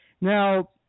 Now